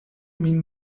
min